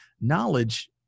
Knowledge